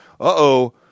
Uh-oh